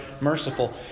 merciful